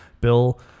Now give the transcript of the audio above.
bill